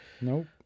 Nope